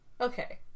Okay